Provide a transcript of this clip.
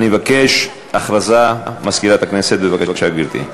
הודעה למזכירת הכנסת, בבקשה, גברתי.